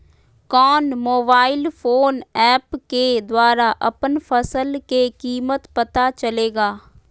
कौन mobile phone app के द्वारा अपन फसल के कीमत पता चलेगा?